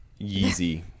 Yeezy